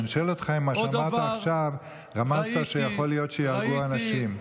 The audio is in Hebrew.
אני שואל אותך אם במה שאמרת עכשיו רמזת שיכול להיות שייהרגו אנשים.